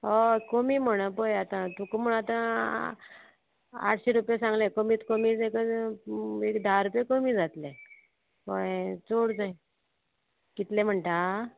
हय कमी म्हण पळय आतां तुका म्हण आतां आठशें रुपया सांगलें कमीत कमीत एक धा रुपया कमी जातलें कळ्ळें चड जाय कितलें म्हणटा